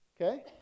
okay